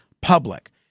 public